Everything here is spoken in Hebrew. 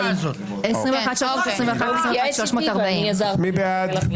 21,501 עד 21,520. מי בעד?